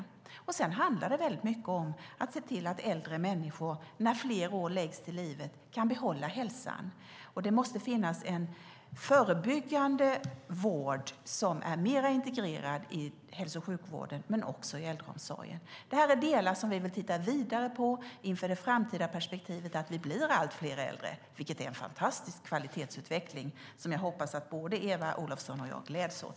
Utöver det handlar det mycket om att se till att äldre människor kan behålla hälsan när fler år läggs till livet. Det måste finnas en förebyggande vård som är mer integrerad i hälso och sjukvården men också i äldreomsorgen. Detta är delar som vi vill titta vidare på inför det framtida perspektivet att vi blir allt fler äldre, vilket är en fantastisk kvalitetsutveckling som jag hoppas att både Eva Olofsson och jag gläds åt.